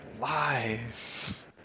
Live